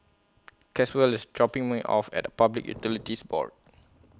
Caswell IS dropping Me off At Public Utilities Board